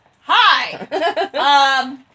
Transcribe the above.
hi